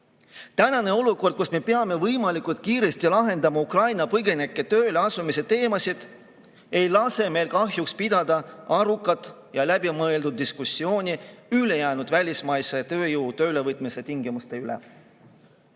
Tänane olukord, kus me peame võimalikult kiiresti lahendama Ukraina põgenike tööle asumise küsimusi, ei lase meil kahjuks pidada arukat ja läbimõeldud diskussiooni ülejäänud välismaise tööjõu töölevõtmise tingimuste üle.